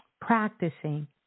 practicing